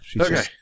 okay